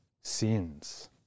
sins